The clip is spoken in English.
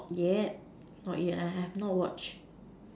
not yet not yet I have not watch